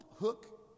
hook